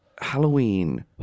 Halloween